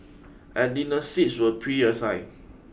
at dinner seats were preassigned